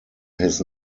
his